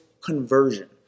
conversion